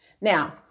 Now